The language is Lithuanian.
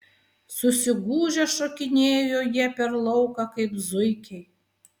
susigūžę šokinėjo jie per lauką kaip zuikiai